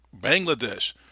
bangladesh